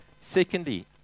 Secondly